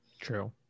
True